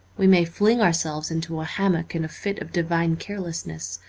we may fling ourselves into a hammock in a fit of divine carelessness.